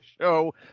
show